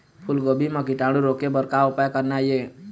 फूलगोभी म कीटाणु रोके बर का उपाय करना ये?